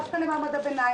דווקא למעמד הביניים.